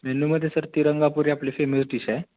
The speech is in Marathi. मेन्यूमध्ये सर तिरंगापुरी आपली फेमस डिश आहे